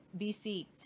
BC